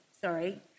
sorry